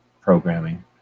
programming